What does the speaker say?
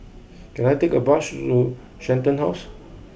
can I take a bus to Shenton House